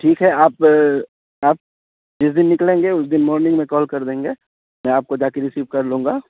ٹھیک ہے آپ آپ جس دن نکلیں گے اس دن مارننگ میں کال کر دیں گے میں آپ کو جا کے ریسیو کر لوں گا